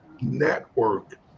network